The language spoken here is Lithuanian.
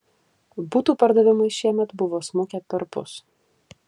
butų pardavimai šiemet buvo smukę perpus